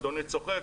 אדוני צוחק,